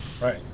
right